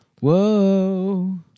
Whoa